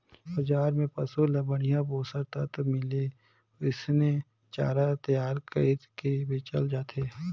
बजार में पसु ल बड़िहा पोषक तत्व मिले ओइसने चारा तईयार कइर के बेचल जाथे